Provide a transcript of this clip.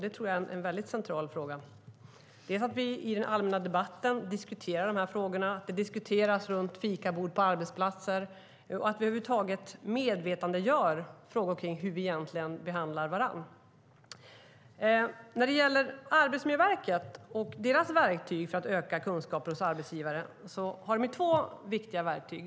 Jag tror att det är centralt att vi i den allmänna debatten diskuterar de här frågorna, att de diskuteras runt fikabord på arbetsplatser och att vi över huvud taget medvetandegör oss om frågor kring hur vi egentligen behandlar varandra. Arbetsmiljöverket har två verktyg för att öka kunskapen hos arbetsgivaren.